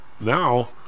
now